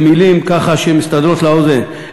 במילים שמסתברות לאוזן,